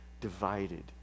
divided